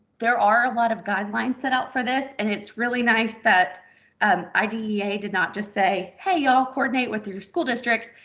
there are a lot of guidelines set out for this, and it's really nice that um idea did not just say, hey, y'all. coordinate with your school districts.